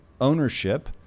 ownership